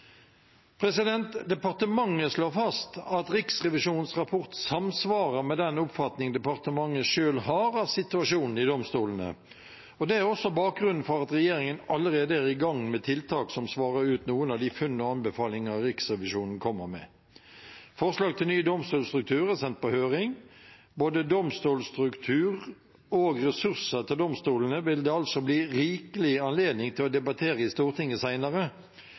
Departementet slår fast at Riksrevisjonens rapport samsvarer med den oppfatning departementet selv har av situasjonen i domstolene. Det er også bakgrunnen for at regjeringen allerede er i gang med tiltak som svarer ut noen av de funn og anbefalinger Riksrevisjonen kommer med. Forslag til ny domstolstruktur er sendt på høring. Både domstolstruktur og ressurser til domstolene vil det altså bli rikelig anledning til å debattere i Stortinget